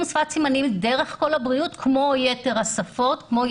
שפת סימנים דרך "קול הבריאות" כמו יתר השפות.